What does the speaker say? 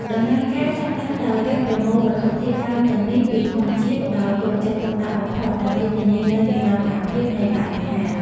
ដំណើរការចាប់ផ្តើមដោយការប្រមូលវត្ថុធាតុដើមទាំងនេះពីធម្មជាតិដោយយកចិត្តទុកដាក់បំផុតដើម្បីធានានូវនិរន្តរភាពនៃបរិស្ថាន។